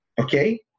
Okay